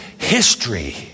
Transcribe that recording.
history